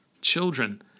Children